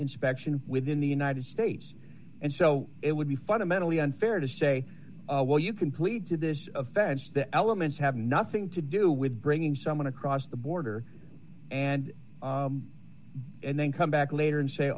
inspection within the united states and so it would be fundamentally unfair to say well you can plead to this offense the elements have nothing to do with bringing someone across the border and and then come back later and say